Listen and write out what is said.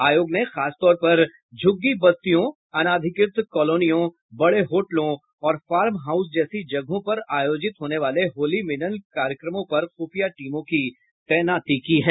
आयोग ने खास तौर पर झुग्गी बस्तियों अनाधिकृत कॉलोनियों बड़े होटलों और फार्म हाउस जैसी जगहों पर आयोजित होने वाले होली मिलन कार्यक्रमों पर ख्रफिया टीमों की तैनाती की है